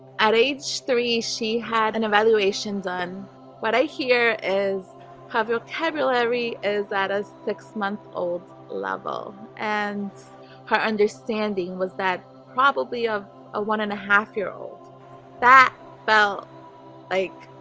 at age three she had an evaluation, done what i hear is her vocabulary is at a? six-month-old level and her understanding, was that probably of a one and a half, year old that felt like